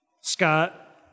Scott